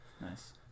nice